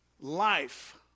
Life